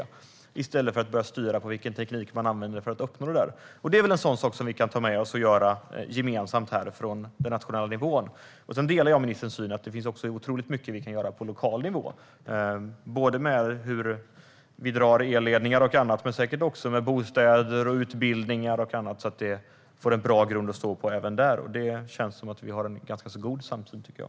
Man ska inte försöka styra vilken teknik man ska använda för att uppnå målen. Detta är väl något som vi kan göra gemensamt på den nationella nivån? Sedan delar jag ministerns syn att det finns väldigt mycket vi kan göra på lokal nivå, både när det gäller hur vi drar elledningar och hur vi gör med bostäder, utbildningar och annat, så att man får en bra grund att stå på även där. Det känns som om vi har en ganska god samsyn där, tycker jag.